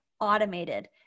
automated